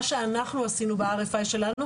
מה שאנחנו עשינו ב-RFI שלנו,